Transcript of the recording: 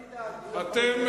אתם,